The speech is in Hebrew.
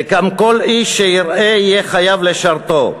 וגם כל איש שיראה יהיה חייב לשרתו.